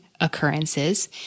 occurrences